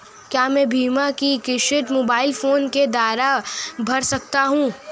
क्या मैं बीमा की किश्त मोबाइल फोन के द्वारा भर सकता हूं?